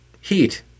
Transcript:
heat